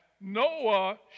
Noah